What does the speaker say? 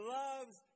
loves